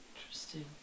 Interesting